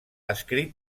escrit